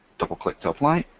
double-click to apply,